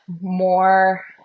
more